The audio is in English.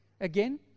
again